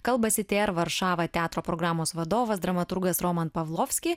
kalbasi tė er varšava teatro programos vadovas dramaturgas roman pavlovski